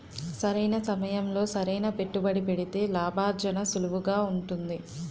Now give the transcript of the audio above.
సరైన సమయంలో సరైన పెట్టుబడి పెడితే లాభార్జన సులువుగా ఉంటుంది